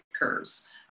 occurs